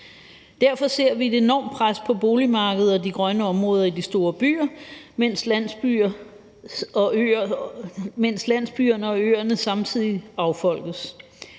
Derfor ser vi et enormt pres på boligmarkedet og de grønne områder i de store byer, mens landsbyerne og øerne samtidig affolkes.